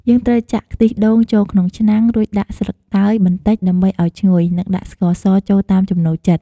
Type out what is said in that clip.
យើងត្រូវចាក់ខ្ទិះដូងចូលក្នុងឆ្នាំង រួចដាក់ស្លឹកតើយបន្តិចដើម្បីឱ្យឈ្ងុយ និងដាក់ស្ករសចូលតាមចំណូលចិត្ត។